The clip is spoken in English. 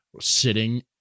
sitting